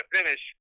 finish